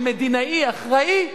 של מדינאי אחראי,